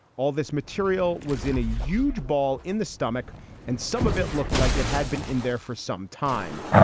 all this material was in a euge ball in the stomach and some of it looked like it had been in there for some time.